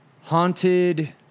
haunted